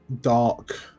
...dark